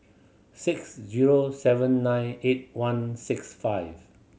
six zero seven nine eight one six five